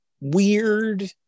weird